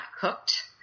cooked